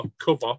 cover